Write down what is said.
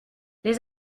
les